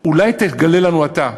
אולי תגלה לנו אתה.